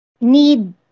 need